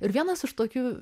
ir vienas iš tokių